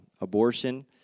abortion